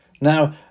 Now